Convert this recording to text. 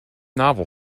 novel